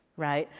right.